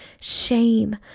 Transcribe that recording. shame